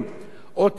אותו הדבר,